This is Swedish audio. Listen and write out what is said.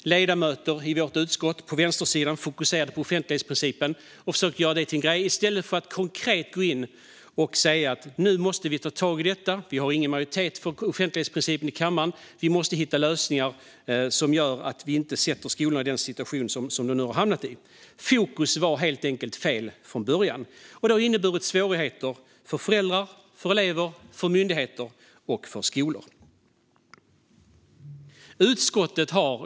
Ledamöter i vårt utskott på vänstersidan försökte göra den till en grej i stället för att konkret gå in och säga att det var något som vi måste ta tag i, att det inte fanns någon majoritet för offentlighetsprincipen i kammaren men att vi måste hitta lösningar för att inte sätta skolorna i en sådan här situation. Fokus var helt enkelt fel från början. Det har inneburit svårigheter för föräldrar, elever, myndigheter och skolor.